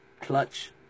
clutch